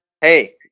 Hey